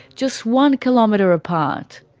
just one kilometre apart.